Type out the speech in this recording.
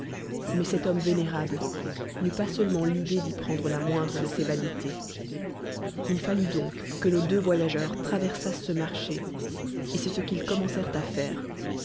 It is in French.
mais cet homme vénérable a'eut pas seulement l'idée d prendre la moindre de ces vanités il fallut donc que nos deux voyageurs traversa ce marché et i eti ce qu'ils commencérent t faire